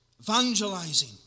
Evangelizing